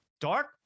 dark